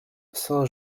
saint